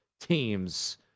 teams